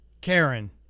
Karen